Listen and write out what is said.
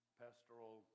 pastoral